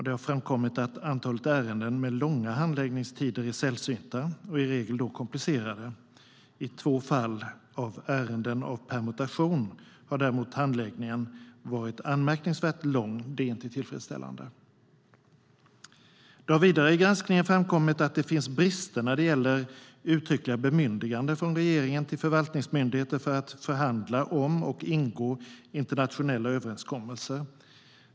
Det har framkommit att antalet ärenden med långa handläggningstider är sällsynta, och de är då i regel också komplicerade. I två fall av ärenden av permutation har däremot handläggningen varit anmärkningsvärt lång. Det är inte tillfredsställande. Vidare har det i granskningen framkommit att det finns brister när det gäller uttryckliga bemyndiganden från regeringen till förvaltningsmyndigheter för att förhandla om och ingå internationella överenskommelser.